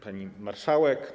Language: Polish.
Pani Marszałek!